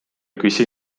küsi